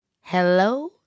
Hello